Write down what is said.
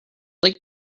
like